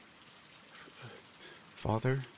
Father